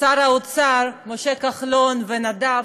שר האוצר משה כחלון ונדב,